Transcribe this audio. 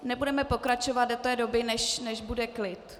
Nebudeme pokračovat do té doby, než bude klid...